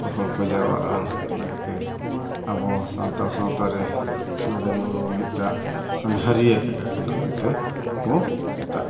ᱦᱚᱲ ᱠᱚ ᱡᱟᱣᱨᱟᱜᱼᱟ ᱚᱱᱟ ᱠᱷᱟᱹᱛᱤᱨ ᱟᱵᱚ ᱥᱟᱱᱛᱟᱲ ᱥᱟᱶᱛᱟ ᱨᱮ ᱞᱩᱜᱩᱼᱵᱩᱨᱩ ᱢᱤᱫᱴᱟᱝ ᱥᱟᱸᱜᱷᱟᱨᱤᱭᱟᱹ ᱡᱟᱭᱜᱟ ᱠᱟᱱᱟ ᱢᱮᱱᱛᱮ ᱵᱚᱱ ᱢᱮᱛᱟᱜ